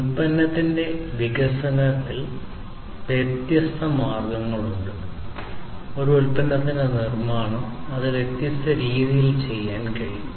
ഉൽപ്പന്നത്തിന്റെ വികാസത്തിൽ വ്യത്യസ്ത മാർഗങ്ങളുണ്ട് ഒരു ഉൽപ്പന്നത്തിന്റെ നിർമ്മാണം അത് വ്യത്യസ്ത രീതികളിൽ ചെയ്യാൻ കഴിയും